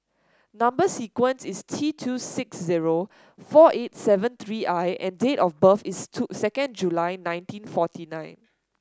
number sequence is T two six zero four eight seven three I and date of birth is two second July nineteen forty nine